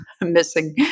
Missing